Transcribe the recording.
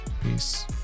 Peace